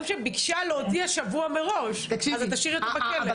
ביקשה להודיע שבוע מראש, אז את תשאירי אותם בכלא.